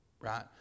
right